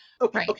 Okay